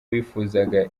wifuzaga